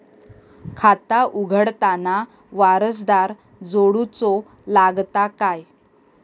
खाता उघडताना वारसदार जोडूचो लागता काय?